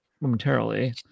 momentarily